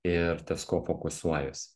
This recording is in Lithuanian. ir ties kuo fokusuojuosi